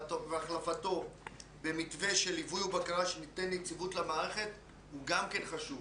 והחלפתו במתווה של ליווי ובקרה שייתן יציבות למערכת הוא גם חשוב.